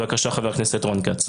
בבקשה חבר הכנסת רון כץ.